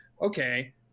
okay